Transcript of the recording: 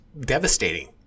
devastating